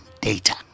data